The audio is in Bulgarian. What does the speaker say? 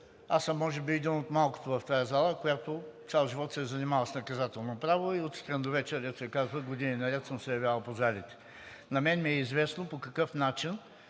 Аз съм може би един от малкото в тази зала, който цял живот се е занимавал с наказателно право и от сутрин до вечер, дето се казва, години наред съм се явявал по залите. На мен ми е известно по какъв начин